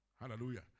Hallelujah